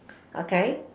okay